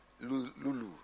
lulu